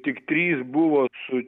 tik trys buvo su